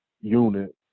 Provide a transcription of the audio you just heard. unit